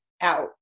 out